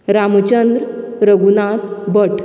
Ramuchandra Raghunath Bhat